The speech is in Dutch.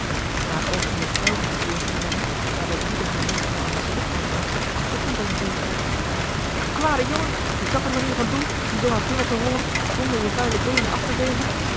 na een oogenblik zelve gezwegen te hebben daar de woede haar meestal aan het stotteren bragt begon zij nu eerst regt jou kwade jongen is dat eene manier van doen om zoo maar binnen te hollen zonder je vuile beenen af te vegen